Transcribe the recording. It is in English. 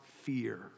Fear